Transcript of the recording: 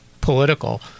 political